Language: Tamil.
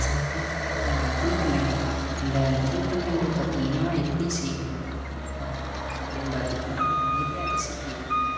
சின்ன சின்ன தின்பண்டங்கள் அந்த தின்பண்டங்கள் பார்த்தீங்கன்னா எப்படி செய்வோம் அப்படின்னு பார்த்தீங்கன்னா நிறையா ரெசிபி இருக்குதுங்க